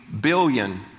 billion